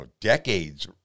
decades